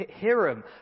Hiram